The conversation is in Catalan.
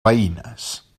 veïnes